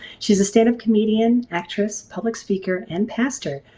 she's a stand-up comedian, actress, public speaker and pastor.